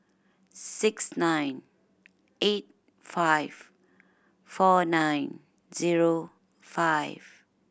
six nine eight five four nine zero five